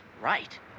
Right